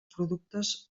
productes